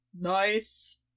Nice